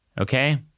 Okay